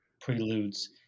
preludes